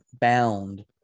bound